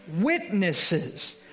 witnesses